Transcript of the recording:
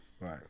right